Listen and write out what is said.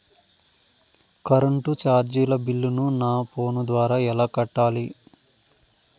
Current చార్జీల బిల్లును, నా ఫోను ద్వారా ఎలా కట్టాలి?